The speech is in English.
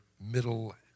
middle